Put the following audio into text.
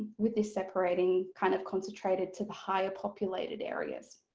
with this separating kind of concentrated to the higher populated areas.